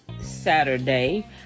Saturday